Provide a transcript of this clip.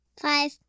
Five